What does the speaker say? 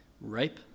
Rape